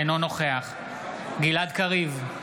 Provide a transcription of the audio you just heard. אינו נוכח גלעד קריב,